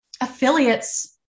Affiliates